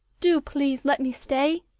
do, please, let me stay!